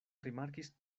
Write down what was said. rimarkis